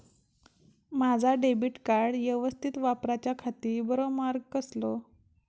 माजा debit card यवस्तीत वापराच्याखाती बरो मार्ग कसलो?